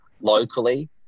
locally